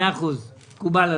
מאה אחוז, מקובל עליי.